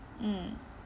mm